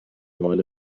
مال